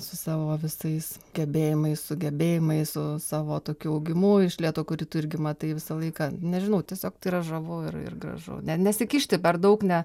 su savo visais gebėjimais sugebėjimais su savo tokiu augimu iš lėto kurį tu irgi matai visą laiką nežinau tiesiog tai yra žavu ir ir gražu ne nesikišti per daug ne